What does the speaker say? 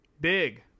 big